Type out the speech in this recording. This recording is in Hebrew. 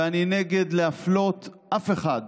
ואני נגד להפלות כל אחד.